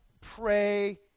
pray